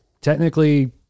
technically